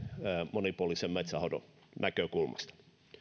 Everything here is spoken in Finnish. monipuolisen metsänhoidon näkökulmasta